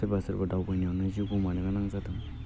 सोरबा सोरबा दावबायनायावनो जिउ गोमानो गोनां जादों